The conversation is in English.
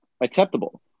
acceptable